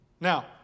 Now